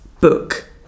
book